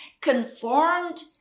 conformed